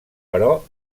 però